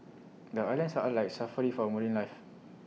the islands are like Safari for marine life